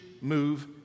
move